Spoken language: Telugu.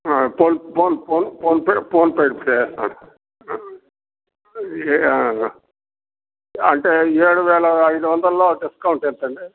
phone phone phone PhonePe PhonePe చేస్తాం సార్ అంటే ఏడు వేల ఐదు వందలలో డిస్కౌంట్ ఎంత అండి